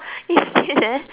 is still there